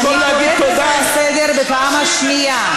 אני קוראת אותך לסדר בפעם השנייה.